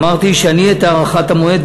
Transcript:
אמרתי שאני את הארכת המועד,